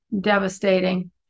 devastating